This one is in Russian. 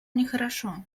нехорошо